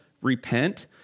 repent